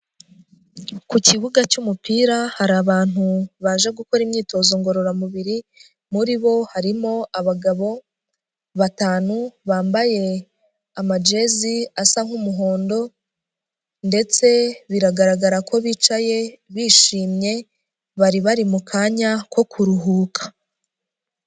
Ku kibuga cy'umupira hari abantu baje gukora imyitozo ngororamubiri muri bo harimo abagabo batanu bambaye amajezi asa nk'umuhondo ndetse biragaragara ko bicaye bishimye bari bari mu kanya ko kuruhuka.